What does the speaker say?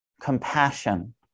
compassion